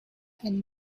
and